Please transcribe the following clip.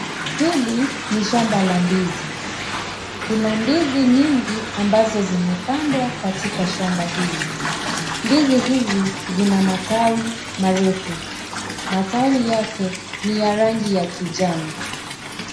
Hili ni shamba la ndizi. Kuna ndizi nyingi ambazo zimepandwa katika shamba hili. Ndizi hizi zina matawi marefu. Matawi yake ni ya rangi ya kijani.